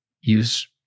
use